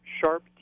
Sharp